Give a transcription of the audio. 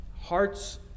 Hearts